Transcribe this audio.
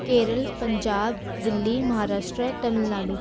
Kerala Punjab Delhi Maharashtra Tamil Nadu